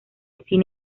actriz